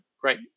great